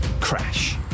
Crash